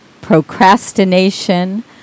procrastination